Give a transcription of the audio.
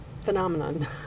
phenomenon